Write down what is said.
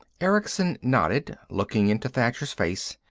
erickson nodded, looking into thacher's face.